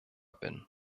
bin